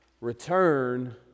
return